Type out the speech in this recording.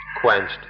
quenched